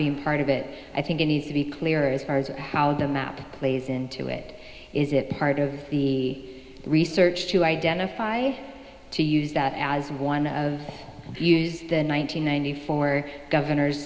being part of it i think it needs to be clear as far as how the map plays into it is it part of the research to identify to use that as one of the one nine hundred ninety four governor